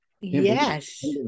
Yes